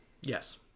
Yes